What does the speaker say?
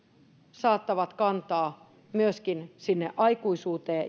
saattavat kantaa myöskin sinne aikuisuuteen